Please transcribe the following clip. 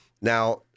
Now